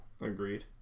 Agreed